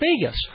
Vegas